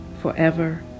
forever